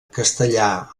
castellà